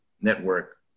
network